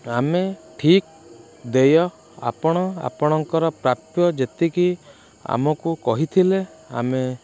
ଆମେ ଠିକ୍ ଦେୟ ଆପଣ ଆପଣଙ୍କର ପ୍ରାପ୍ୟ ଯେତିକି ଆମକୁ କହିଥିଲେ ଆମେ